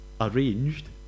arranged